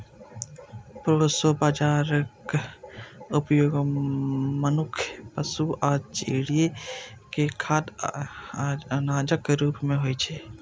proso बाजाराक उपयोग मनुक्ख, पशु आ चिड़ै के खाद्य अनाजक रूप मे होइ छै